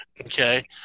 Okay